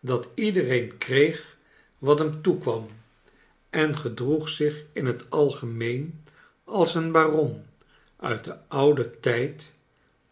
dat iedereen kreeg wat hem toekwam en gedroeg zich in het algemeen als een baron uit den ouden tijd